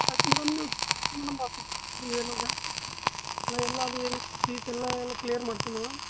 ಆಯ್ತು ಮೇಡಮ್ ನೀವು ಆಯ್ತು ಮೇಡಮ್ ನೀವು ಹೇಳ್ದಂಗೆ ನಾನು ಎಲ್ಲ ಅದೇನು ಫೀಸ್ ಎಲ್ಲ ಎಲ್ಲ ಕ್ಲಿಯರ್ ಮಾಡ್ತೀನಿ ಮೇಡಮ್